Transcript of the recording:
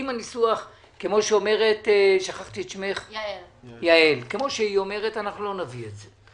אם הניסוח, כמו שיעל אומרת, אנחנו לא נביא את זה.